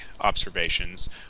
observations